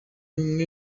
umwe